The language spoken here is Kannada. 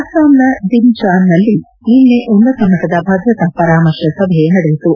ಅಸ್ಸಾಂನ ದಿಂಜಾನ್ನಲ್ಲಿ ನಿನ್ನೆ ಉನ್ನತ ಮಟ್ಟದ ಭದ್ರತಾ ಪರಾಮರ್ಶೆ ಸಭೆ ನಡೆಯಿತು